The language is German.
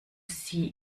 sie